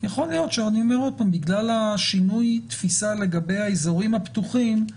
יכול להיות שאני אומר עוד פעם בגלל השינוי תפיסה לגבי האזורים הפתוחים,